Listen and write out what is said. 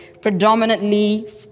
predominantly